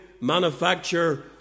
manufacture